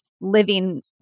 living